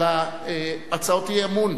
על הצעות האי-אמון.